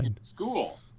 school